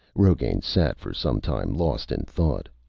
rogain sat for some time lost in thought.